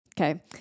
okay